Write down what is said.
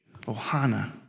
Ohana